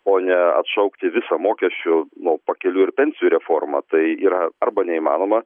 o ne atšaukti visą mokesčių nu pakeliui ir pensijų reformą tai yra arba neįmanoma